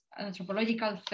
anthropological